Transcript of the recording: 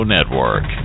Network